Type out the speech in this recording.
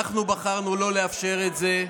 אנחנו בחרנו לא לאפשר את זה.